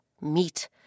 meat